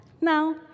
Now